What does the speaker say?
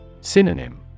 Synonym